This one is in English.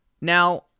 Now